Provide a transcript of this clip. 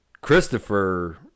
Christopher